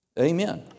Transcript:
Amen